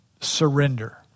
surrender